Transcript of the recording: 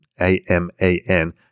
A-M-A-N